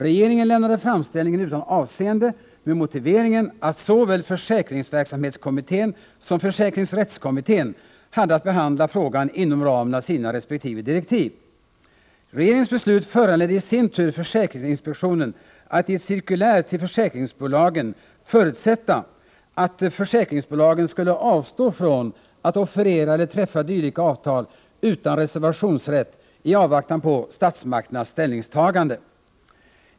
Regeringen lämnade framställningen utan avseende med motiveringen att såväl försäkringsverksamhetskommittén som försäkringsrättskommittén hade att behandla frågan inom ramen för sina resp. direktiv. Regeringens beslut föranledde i sin tur försäkringsinspektionen att i ett cirkulär till försäkringsbolagen förutsätta att försäkringsbolagen skulle avstå från att offerera eller träffa dylika avtal utan reservationsrätt i avvaktan på statsmakternas ställningstagande.